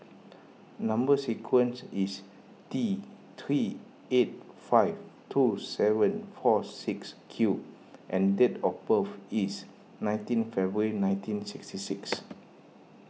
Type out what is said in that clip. Number Sequence is T three eight five two seven four six Q and date of birth is nineteen February nineteen sixty six